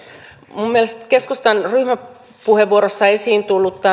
mielestäni keskustan ryhmäpuheenvuorossa esiin tullut